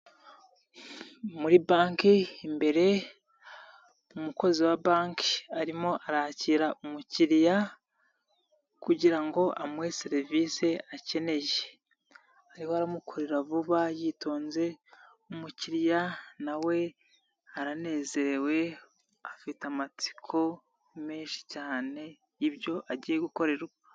Muri banki imbere umukozi wa banki arimo arakira umukiriya kugira ngo amuhe serivisi akeneye ariho aramukorera vuba yitonze umukiriya nawe aranezerewe afite amatsiko menshi cyane y ibyo agiye gukorerwa.